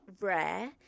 rare